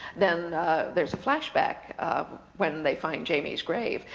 then there's a flashback when they find jamie's grave.